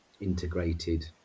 integrated